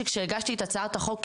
כשהגשתי את הצעת החוק,